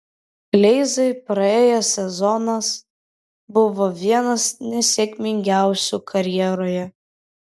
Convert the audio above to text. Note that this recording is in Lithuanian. kleizai praėjęs sezonas buvo vienas nesėkmingiausių karjeroje